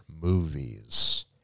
movies